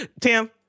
tam